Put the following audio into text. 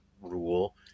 rule